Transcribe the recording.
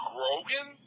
Grogan